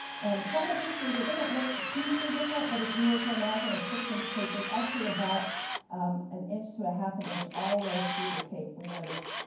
and from the pictures it doesn't look hugely different, but if you were to imagine a six inch cake, there's actually about an inch to a half an inch all the way through the cake, we noticed,